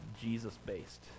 Jesus-based